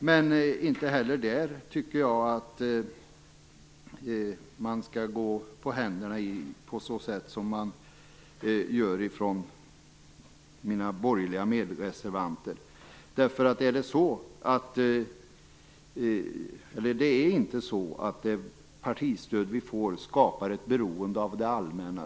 Men inte heller där tycker jag att man skall gå på händerna på det sätt som man gör från mina borgerliga medreservanter. Det är inte så att det partistöd vi får skapar ett beroende av det allmänna.